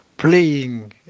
Playing